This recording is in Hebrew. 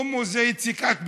חומוס זה יציקת בטון.